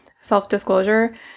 self-disclosure